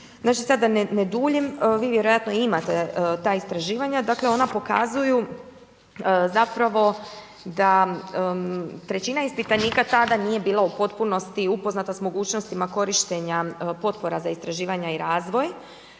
znači sad da ne duljim vi vjerojatno imate ta istraživanja. Dakle, ona pokazuju zapravo da trećina ispitanika tada nije bila u potpunosti upoznata sa mogućnostima korištenja potpora za istraživanja i razvoj